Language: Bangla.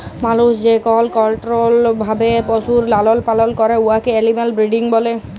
মালুস যেকল কলট্রোল্ড ভাবে পশুর লালল পালল ক্যরে উয়াকে এলিম্যাল ব্রিডিং ব্যলে